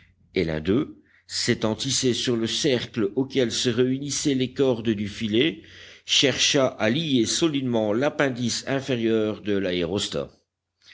et l'un d'eux s'étant hissé sur le cercle auquel se réunissaient les cordes du filet chercha à lier solidement l'appendice inférieur de l'aérostat